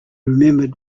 remembered